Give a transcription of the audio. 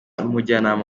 n’umujyanama